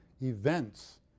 events